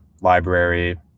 library